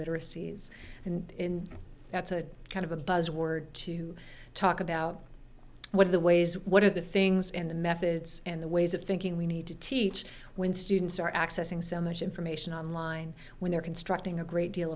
literacies and that's a kind of a buzz word to talk about what are the ways what are the things and the methods and the ways of thinking we need to teach when students are accessing so much information online when they're constructing a great deal